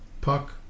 Puck